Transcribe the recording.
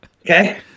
Okay